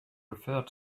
referred